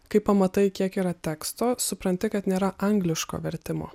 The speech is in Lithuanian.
kai pamatai kiek yra teksto supranti kad nėra angliško vertimo